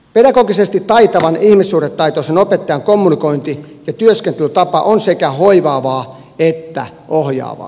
pedagogisesti taitavan ihmissuhdetaitoisen opettajan kommunikointi ja työskentelytapa on sekä hoivaavaa että ohjaavaa